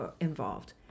involved